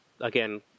again